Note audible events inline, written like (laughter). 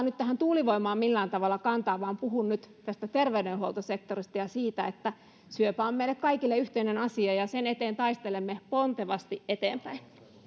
(unintelligible) nyt tähän tuulivoimaan millään tavalla kantaa vaan puhun nyt tästä terveydenhuoltosektorista ja siitä että syöpä on meille kaikille yhteinen asia ja sen eteen taistelemme pontevasti eteenpäin